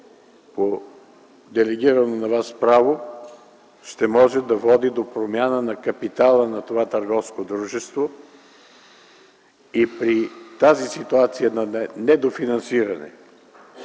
по делегирано на Вас право ще може да води до промяна на капитала на това търговско дружество. При тази ситуация на недофинансиране